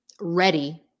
ready